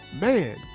Man